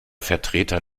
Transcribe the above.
vertreter